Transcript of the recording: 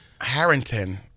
Harrington